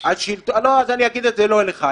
אז אני אגיד את זה לא לך,